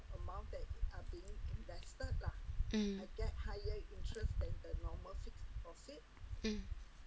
mm mm